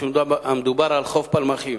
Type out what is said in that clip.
מדובר על חוף פלמחים.